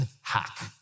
hack